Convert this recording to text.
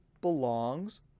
belongs